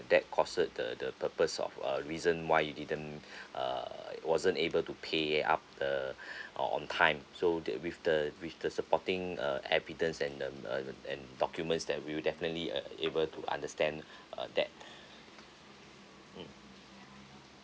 that caused the the purpose of uh reason why you didn't err wasn't able to pay up err or on time so the with the with the supporting uh evidence and um uh and documents that we will definitely uh able to understand uh that mm